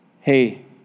hey